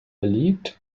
beliebt